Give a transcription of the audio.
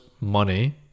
money